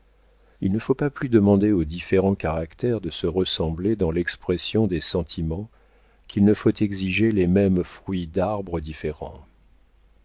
il ne faut pas plus demander aux différents caractères de se ressembler dans l'expression des sentiments qu'il ne faut exiger les mêmes fruits d'arbres différents